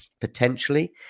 potentially